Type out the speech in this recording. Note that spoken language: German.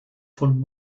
von